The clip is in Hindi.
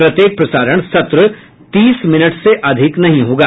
प्रत्येक प्रसारण सत्र तीस मिनट से अधिक नहीं होगा